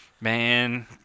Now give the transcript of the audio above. Man